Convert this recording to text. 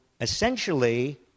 essentially